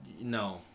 no